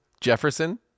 Jefferson